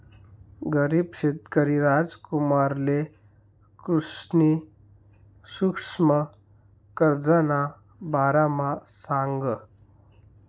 गरीब शेतकरी रामकुमारले कृष्णनी सुक्ष्म कर्जना बारामा सांगं